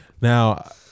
now